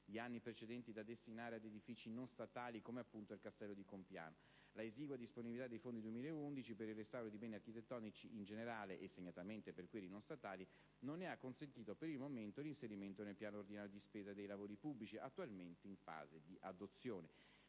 di anni precedenti da destinare ad edifici non statali, come è appunto il Castello di Compiano. La esigua disponibilità dei fondi 2011, per il restauro di beni architettonici in generale e segnatamente per quelli non statali, non ne ha consentito, per il momento, l'inserimento nel piano ordinario di spesa dei lavori pubblici, attualmente in fase di adozione.